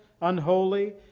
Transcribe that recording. unholy